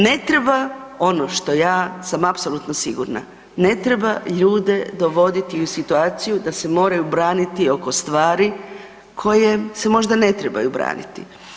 Ne treba ono što ja sam apsolutno sigurna, ne treba ljude dovoditi u situaciju da se moraju braniti oko stvari koje se možda ne trebaju braniti.